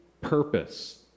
purpose